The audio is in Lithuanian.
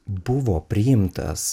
buvo priimtas